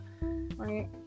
right